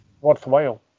worthwhile